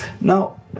Now